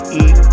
eat